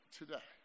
today